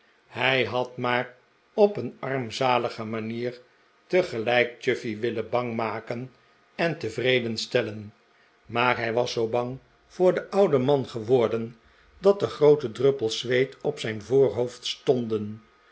hij had maar op een armzalige manier tegelijk chuffey willen bang maken en tevreden stellen maar hij was zoo bang voor den ouden man geworden dat er groote druppels zweet op zijn voorhoofd stonden